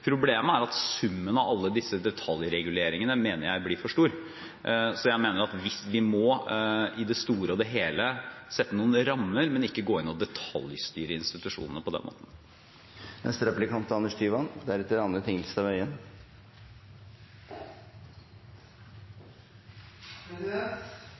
Problemet er at summen av alle disse detaljreguleringene blir for stor. Jeg mener at vi må, i det store og hele, sette noen rammer, men ikke gå inn og detaljstyre institusjonene på den måten.